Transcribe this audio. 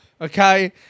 Okay